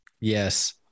Yes